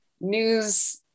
news